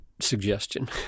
suggestion